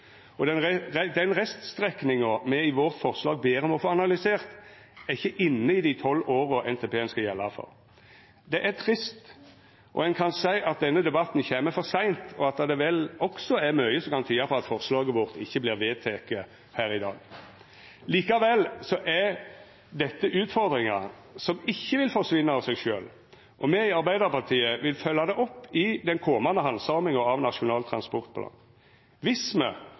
og den reststrekninga me i vårt forslag ber om å få analysert, er ikkje inne i dei 12 åra NTP-en skal gjelda for. Det er trist, og ein kan seia at denne debatten kjem for seint, og det er vel også mykje som kan tyda på at forslaget vårt ikkje vert vedteke. Likevel er dette utfordringar som ikkje vil forsvinna av seg sjølv, og me i Arbeidarpartiet vil følgja det opp i den komande handsaminga av Nasjonal transportplan